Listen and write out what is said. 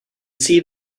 see